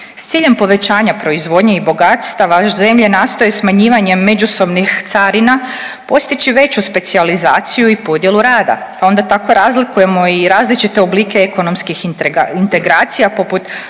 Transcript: S ciljem povećanja proizvodnje i bogatstava zemlje nastoje smanjivanjem međusobnih carina postići veću specijalizaciju i podjelu rada, a onda tako razlikujemo i različite oblike ekonomskih integracija poput